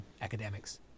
academics